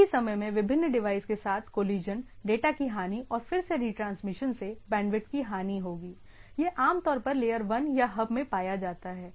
एक ही समय में विभिन्न डिवाइस के साथ कोलिशन डेटा की हानि और फिर से रिट्रांसमिशन से बैंडविड्थ की हानि होगी संदर्भ समय 3336 यह आमतौर पर लेयर 1 या हब में पाया जाता है